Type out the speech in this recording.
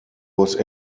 was